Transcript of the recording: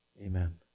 Amen